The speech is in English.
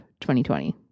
2020